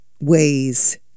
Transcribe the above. ways